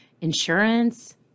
insurance